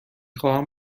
خواهم